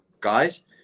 guys